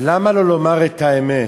למה לא לומר את האמת: